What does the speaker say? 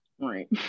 right